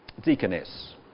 Deaconess